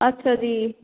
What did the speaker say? ਅੱਛਾ ਜੀ